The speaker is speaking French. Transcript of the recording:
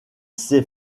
ces